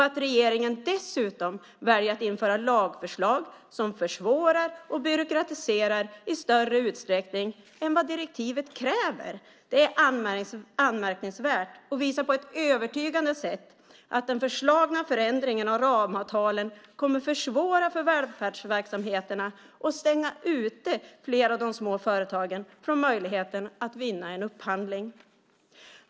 Att regeringen dessutom väljer att införa lagförslag som försvårar och byråkratiserar i större utsträckning än vad direktivet kräver är anmärkningsvärt och visar på ett övertygande sätt att den föreslagna förändringen av ramavtalen kommer att försvåra för välfärdsverksamheterna och stänga ute flera av de små företagen från möjligheten att vinna en upphandling.